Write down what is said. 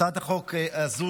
אני קובע כי הצעת חוק הבנקאות (שירות ללקוח) (תיקון מס' 37),